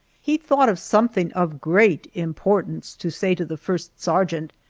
he thought of something of great importance to say to the first sergeant,